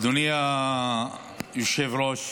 אדוני היושב-ראש,